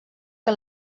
que